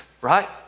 right